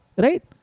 Right